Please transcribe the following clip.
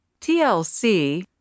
TLC